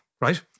right